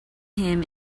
him